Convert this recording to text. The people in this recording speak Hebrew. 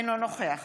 אינו נוכח